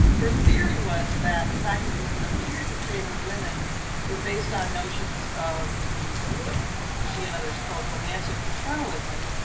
her theory was that practices that appeared to favor women were based on notions of what she and others called romantic paternalism,